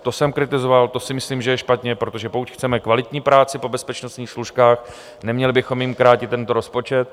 To jsem kritizoval, to si myslím, že je špatně, protože pokud chceme kvalitní práci po bezpečnostních složkách, neměli bychom jim krátit tento rozpočet.